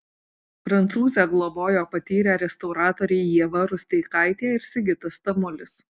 prancūzę globojo patyrę restauratoriai ieva rusteikaitė ir sigitas tamulis